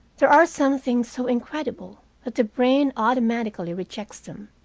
there are some things so incredible that the brain automatically rejects them.